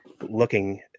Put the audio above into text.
looking